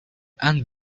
and